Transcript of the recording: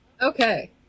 Okay